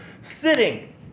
Sitting